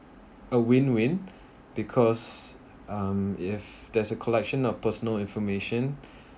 a win win because um if there's a collection of personal information